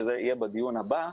שזה יהיה בדיון הבא,